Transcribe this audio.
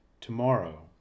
Tomorrow